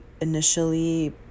initially